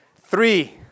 three